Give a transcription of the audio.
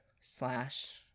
slash